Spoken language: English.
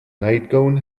nightgown